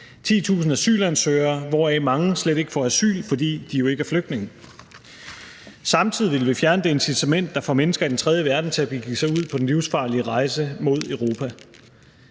10.000 asylansøgere, hvoraf mange slet ikke får asyl, fordi de jo ikke er flygtninge. Samtidig ville vi fjerne det incitament, der får mennesker i den tredje verden til at begive sig ud på den livsfarlige rejse mod Europa.